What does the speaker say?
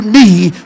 need